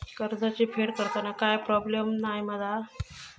कर्जाची फेड करताना काय प्रोब्लेम नाय मा जा?